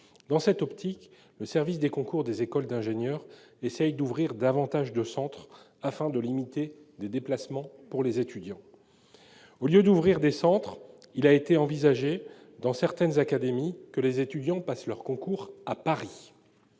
Dans cette optique, le service des concours des écoles d'ingénieurs essaie d'ouvrir davantage de centres, afin de limiter les déplacements pour les étudiants. Au lieu d'ouvrir des centres, il a été envisagé, dans certaines académies, que les étudiants passent les épreuves de leur concours à Paris.